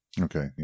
Okay